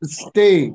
stay